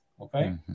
Okay